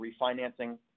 refinancing